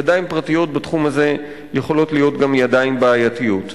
ידיים פרטיות בתחום הזה יכולות להיות גם ידיים בעייתיות.